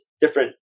different